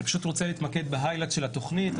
אני פשוט רוצה להתמקד בנקודות העיקריות של התוכנית.